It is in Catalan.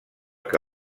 que